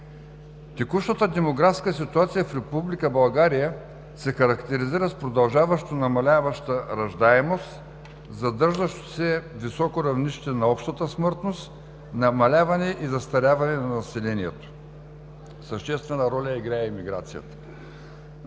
Текущата демографска ситуация в Република България се характеризира с продължаващо намаляваща раждаемост, задържащо се високо равнище на общата смъртност, намаляване и застаряване на населението. Съществена роля играе и миграцията.